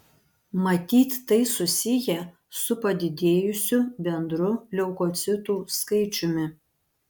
matyt tai susiję su padidėjusiu bendru leukocitų skaičiumi